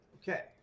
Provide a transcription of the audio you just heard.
Okay